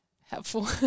helpful